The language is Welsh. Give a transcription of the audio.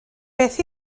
beth